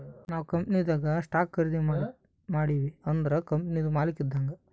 ನಾವ್ ಕಂಪನಿನಾಗ್ ಸ್ಟಾಕ್ ಖರ್ದಿ ಮಾಡಿವ್ ಅಂದುರ್ ಕಂಪನಿದು ಮಾಲಕ್ ಇದ್ದಂಗ್